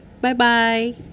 Bye-bye